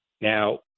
Now